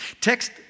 text